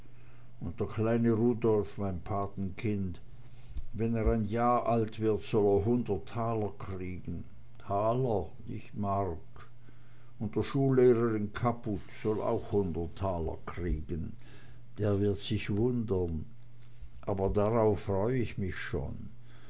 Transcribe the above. und der kleine rudolf mein patenkind wenn er ein jahr alt wird soll er hundert taler kriegen taler nicht mark und der schullehrer in kaputt soll auch hundert taler kriegen der wird sich wundern aber darauf freu ich mich schon